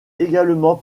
également